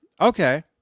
Okay